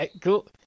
cool